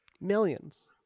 Millions